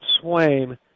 Swain